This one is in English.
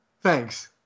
Thanks